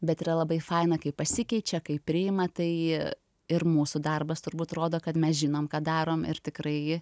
bet yra labai faina kai pasikeičia kai priima tai ir mūsų darbas turbūt rodo kad mes žinom ką darom ir tikrai